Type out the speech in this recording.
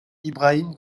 ibrahim